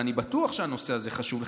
ואני בטוח שהנושא הזה חשוב לך,